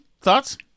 thoughts